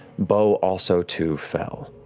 beau also too fell.